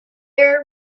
are